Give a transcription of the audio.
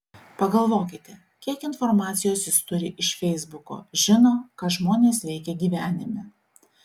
pagalvokite kiek informacijos jis turi iš feisbuko žino ką žmonės veikia gyvenime